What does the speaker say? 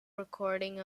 recording